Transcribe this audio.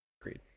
Agreed